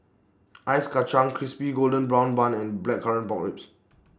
Ice Kachang Crispy Golden Brown Bun and Blackcurrant Pork Ribs